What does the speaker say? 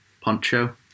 Poncho